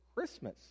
Christmas